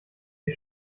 ihr